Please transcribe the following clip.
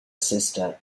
sister